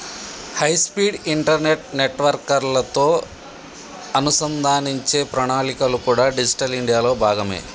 high speed internet నెట్వర్క్లతో అనుసంధానించే ప్రణాళికలు కూడా డిజిటల్ ఇండియాలో భాగమే